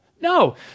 No